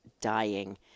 dying